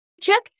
Check